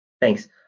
thanks